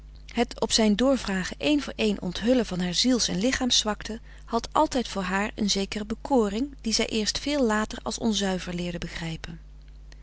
het op zijn drvragen één voor één onthullen van haar ziels en lichaams zwakten had altijd voor haar een zekere bekoring die zij eerst veel later als onzuiver leerde begrijpen